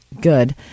good